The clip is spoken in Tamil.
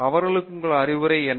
அவர்களுக்கு உங்கள் அறிவுரை என்ன